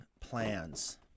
plans